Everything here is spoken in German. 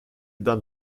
dann